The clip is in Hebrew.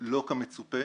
לא כמצופה,